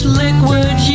liquid